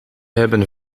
hebben